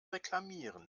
reklamieren